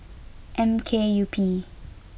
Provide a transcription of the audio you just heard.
M K U P